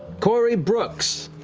cori brooks.